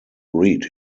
read